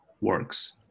works